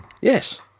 Yes